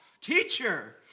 Teacher